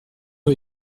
rue